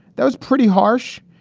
that was pretty harsh.